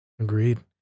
Agreed